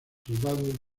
soldado